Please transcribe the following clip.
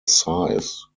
size